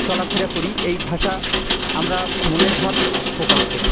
চলাফেরা করি এই ভাষা আমরা মনের ভাব প্রকাশ করি